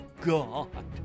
God